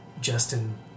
Justin